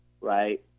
Right